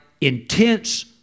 intense